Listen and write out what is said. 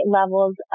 levels